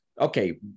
okay